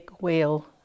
whale